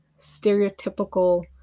stereotypical